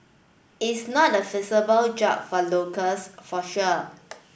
is not a feasible job for locals for sure